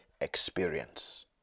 experience